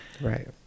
Right